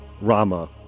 Rama